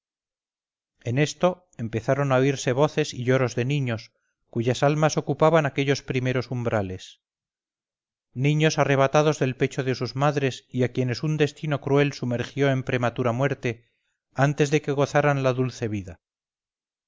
en esto empezaron a oírse voces y lloros de niños cuyas almas ocupaban aquellos primeros umbrales niños arrebatados del pecho de sus madres y a quienes un destino cruel sumergió en prematura muerte antes de que gozaran la dulce vida